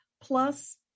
plus